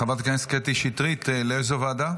חברת הכנסת קטי שטרית, לאיזה ועדה?